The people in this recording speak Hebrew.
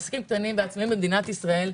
עסקים קטנים ועסקים בינוניים במדינת ישראל,